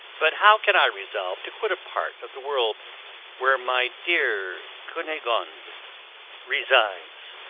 but how can i resolve to quit a part of the world where my dear cunegonde resides?